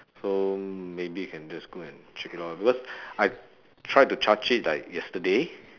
so maybe you can just go and check it out lor because I tried to charge it like yesterday